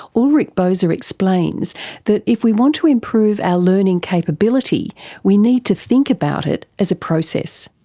ulrich boser explains that if we want to improve our learning capability we need to think about it as a process.